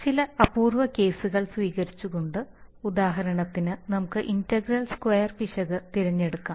ചില അപൂർവ കേസുകൾ സ്വീകരിച്ചുകൊണ്ട് ഉദാഹരണത്തിന് നമുക്ക് ഇന്റഗ്രൽ സ്ക്വയർ പിശക് തിരഞ്ഞെടുക്കാം